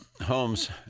homes